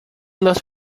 los